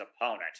opponent